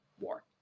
war